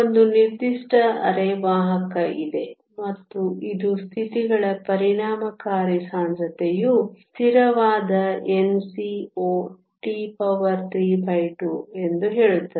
ಒಂದು ನಿರ್ದಿಷ್ಟ ಅರೆವಾಹಕ ಇದೆ ಮತ್ತು ಇದು ಸ್ಥಿತಿಗಳ ಪರಿಣಾಮಕಾರಿ ಸಾಂದ್ರತೆಯು ಸ್ಥಿರವಾದ Nco T32 ಎಂದು ಹೇಳುತ್ತದೆ